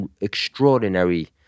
extraordinary